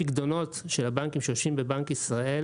הפיקדונות של הבנקים שיושבים בבנק ישראל,